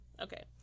Okay